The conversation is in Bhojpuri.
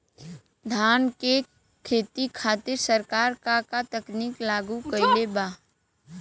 धान क खेती खातिर सरकार का का तकनीक लागू कईले बा?